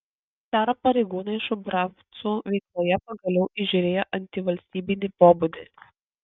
caro pareigūnai šubravcų veikloje pagaliau įžiūrėjo antivalstybinį pobūdį